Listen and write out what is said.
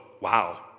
wow